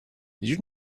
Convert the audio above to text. you